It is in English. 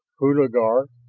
hulagur,